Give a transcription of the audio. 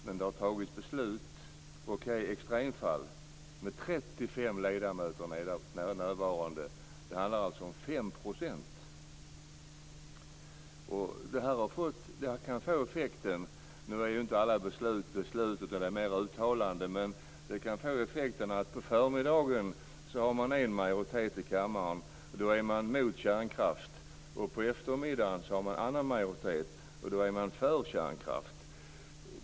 Men det har fattats beslut, låt vara i extremfall, med 35 ledamöter närvarande. Det handlar alltså om 5 %! Det här kan få effekter. Nu är ju inte alla beslut riktiga beslut, utan ibland är de mer uttalanden, men det kan få effekten att man på förmiddagen har en majoritet i kammaren. Då är man emot kärnkraft. På eftermiddagen har man en annan majoritet. Då är man för kärnkraft.